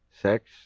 sex